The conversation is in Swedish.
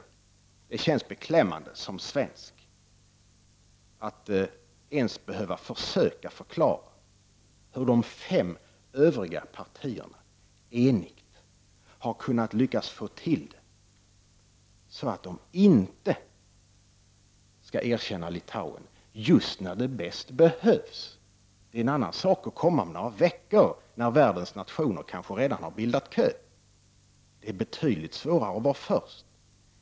Som svensk känns det beklämmande att ens behöva försöka förklara hur de fem övriga partierna enigt har lyckats få till det, dvs. att inte erkänna Litauen som en självständig stat just när det bäst behövs. Det är en annan sak att göra det om några veckor när världens nationer kanske har bildat kö för att göra det. Det är betydligt svårare att vara först.